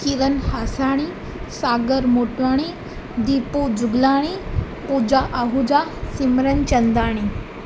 Jeevan Hasani Sagar Motwani Deepu Juglani Pooja Ahuja Simran Chandani